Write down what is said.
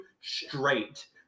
straight